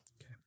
Okay